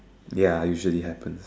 ya usually happens